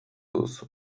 duzu